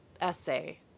essay